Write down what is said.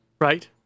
Right